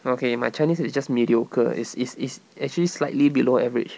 okay my chinese is just mediocre it's it's it's actually slightly below average